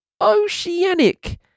oceanic